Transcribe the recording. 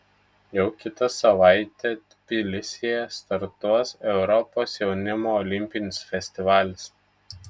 jau kitą savaitę tbilisyje startuos europos jaunimo olimpinis festivalis